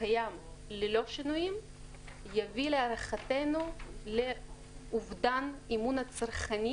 הקיים ללא שינויים יביא להערכתנו לאובדן אמון הצרכנים